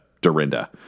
Dorinda